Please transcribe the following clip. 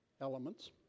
elements